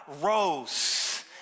rose